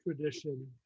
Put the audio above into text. tradition